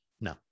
No